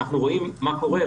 אנחנו רואים מה קורה,